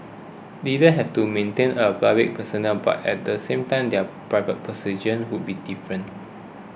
leaders have to maintain a public persona but at the same time their private position would be different